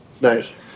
Nice